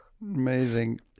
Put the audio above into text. Amazing